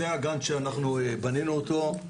הגאנט שאנחנו בנינו אותו.